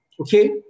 Okay